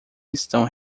estão